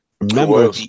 remember